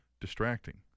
distracting